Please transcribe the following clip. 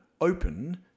open